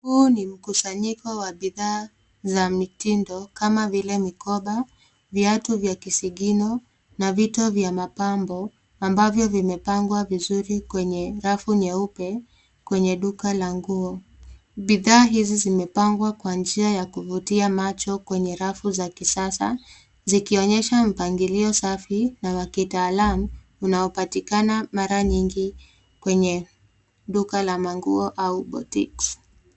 Huu ni mkusanyiko wa bidhaa za mitindo kama vile mikoba, viatu vya kisigino na vitu vya mapambo ambavyo vimepangwa kwenye rafu nyeupe kwenye duka la nguo. Bidhaa hizi zimepangwa kwa njia ya kuvutia macho kwenye rafu za kisasa, zikionyesha mpangilio safi na wa kitaalam, inayopatikana mara nyingi kwenye duka la manguo au boutiques .